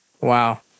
wow